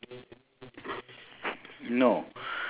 the the the the the or the there's a sign board saying